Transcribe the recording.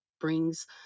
brings